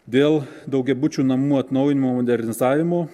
dėl daugiabučių namų atnaujinimo modernizavimo